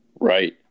Right